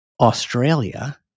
Australia